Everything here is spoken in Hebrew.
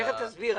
תכף תסביר.